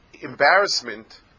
embarrassment